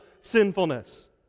sinfulness